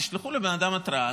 תשלחו לבן אדם התראה,